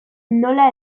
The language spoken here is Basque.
nola